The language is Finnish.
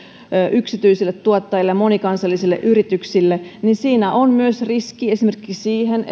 yksityisille tuottajille ja monikansallisille yrityksille niin siinä on myös riski esimerkiksi siihen